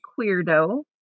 queerdo